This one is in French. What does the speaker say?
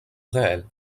réelle